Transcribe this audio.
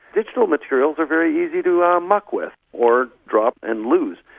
digital materials are very easy to um muck with or drop and lose,